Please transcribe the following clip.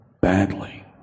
badly